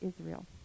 Israel